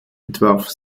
entwarf